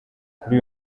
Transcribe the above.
kuri